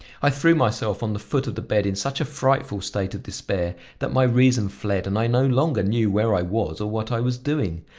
i threw myself on the foot of the bed in such a frightful state of despair, that my reason fled and i no longer knew where i was or what i was doing.